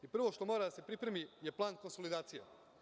Prvo što mora da se pripremi je plan konsolidacije.